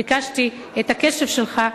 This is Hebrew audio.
ביקשתי את הקשב שלך,